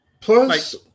plus